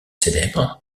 célèbres